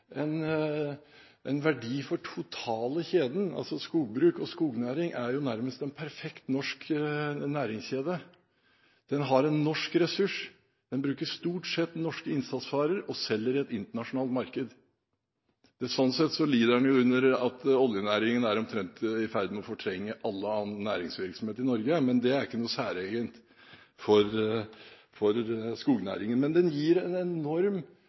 verdi for den totale kjeden. Skogbruk og skognæring er jo nærmest en perfekt norsk næringskjede. Den har en norsk ressurs, den bruker stort sett norske innsatsvarer, og den selger i et internasjonalt marked. Sånn sett lider den under at oljenæringen omtrent er i ferd med å fortrenge all annen næringsvirksomhet i Norge – uten at det er noe særegent for skognæringen. Men den gir en enorm